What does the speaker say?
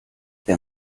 der